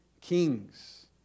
kings